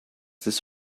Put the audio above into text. this